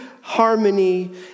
harmony